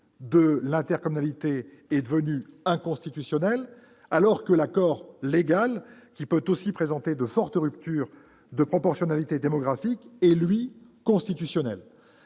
de l'intercommunalité est devenu inconstitutionnel, alors qu'un accord légal, qui peut aussi présenter de fortes ruptures de proportionnalité démographique, est, quant à lui, constitutionnel.